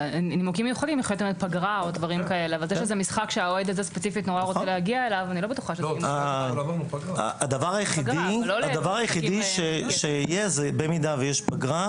נניח ואת יודעת שיש משחקים של דרבי או משחקים אחרים שהם יותר אלימים,